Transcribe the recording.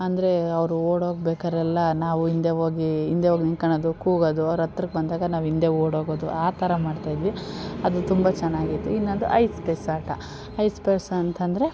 ಅಂದರೆ ಅವರು ಓಡೋಗ್ಬೇಕಾದ್ರೆಲ್ಲ ನಾವು ಹಿಂದೆ ಹೋಗಿ ಹಿಂದೆ ಹೋಗಿ ನಿಂತ್ಕಳೋದು ಕೂಗೋದು ಅವ್ರು ಹತ್ರಕ್ಕೆ ಬಂದಾಗ ನಾವು ಹಿಂದೆ ಓಡೋಗೋದು ಆ ಥರ ಮಾಡ್ತಾ ಇದ್ವಿ ಅದು ತುಂಬ ಚೆನ್ನಾಗಿತ್ತು ಇನ್ನೊಂದು ಐಸ್ ಪಯ್ಸ್ ಆಟ ಐಸ್ ಪಯ್ಸ್ ಅಂತಂದರೆ